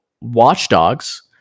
watchdogs